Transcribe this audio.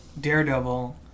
Daredevil